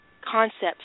concepts